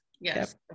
Yes